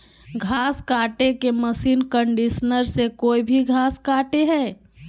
घास काटे के मशीन कंडीशनर से कोई भी घास कटे हइ